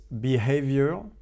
behavior